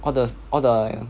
all the all the